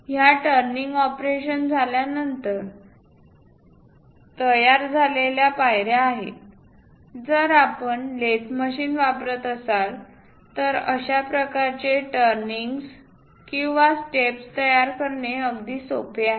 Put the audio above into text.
ह्या turning operation झाल्यानंतर तयार झालेल्या पायऱ्या आहेत जर आपण लेथ मशीन वापरत असाल तर अशा प्रकारचे टर्निंग्ज किंवा स्टेप्स तयार करणे अगदी सोपे आहे